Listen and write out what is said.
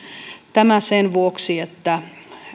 tämä sen vuoksi että